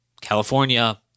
California